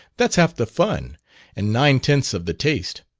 that's half the fun and nine-tenths of the taste.